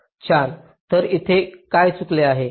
छान तर इथे काय चुकले आहे